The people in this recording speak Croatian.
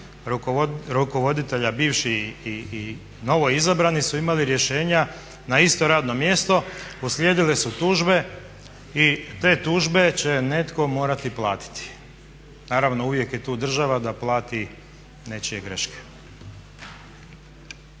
rukovoditelja, bivši i novoizabrani su imali rješenja na isto radno mjesto. Uslijedile su tužbe i te tužbe će netko morati platiti. Naravno, uvijek je tu država da plati nečije greške.